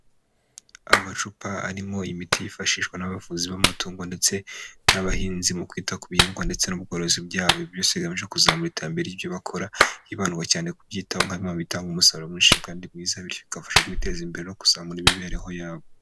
Amacupa arimo imiti yifashishwa n'abavuzi b'amatungo ndetse n'abahinzi mu kwita ku bihingwa ndetse n'ubworozi byabo byose bigamije kuzamura iterambere ry'ibyo bakora, hibandwa cyane kubyitaho nka bimwe bitanga umusaruro mwinshi kandi mwiza bigafasha kwiteza imbere no kuzamura imibereho yabo.